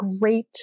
great